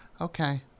Okay